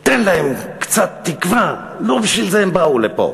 תן להן קצת תקווה, לא בשביל זה הן באו לפה.